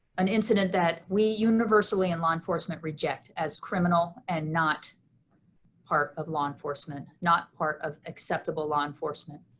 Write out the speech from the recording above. an incident that we universally in law enforcement reject as criminal, and not part of law enforcement, not part of acceptable law enforcement.